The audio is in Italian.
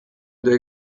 due